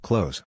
Close